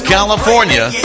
California